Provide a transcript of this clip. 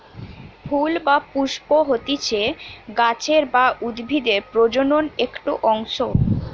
ফুল বা পুস্প হতিছে গাছের বা উদ্ভিদের প্রজনন একটো অংশ